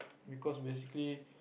because basically